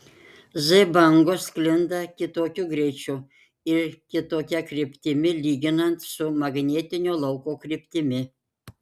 z bangos sklinda kitokiu greičiu ir kitokia kryptimi lyginant su magnetinio lauko kryptimi